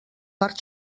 part